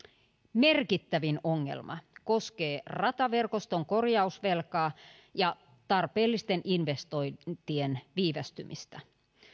merkittävin ongelma koskee rataverkoston korjausvelkaa ja tarpeellisten investointien viivästymistä